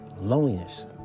loneliness